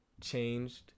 changed